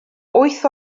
wyth